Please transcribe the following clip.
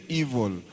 evil